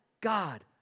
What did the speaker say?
God